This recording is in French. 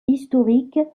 historique